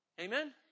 Amen